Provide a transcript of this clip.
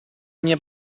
mia